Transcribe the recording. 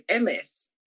MS